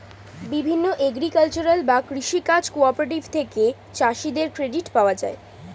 বিভিন্ন এগ্রিকালচারাল বা কৃষি কাজ কোঅপারেটিভ থেকে চাষীদের ক্রেডিট পাওয়া যায়